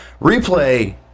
Replay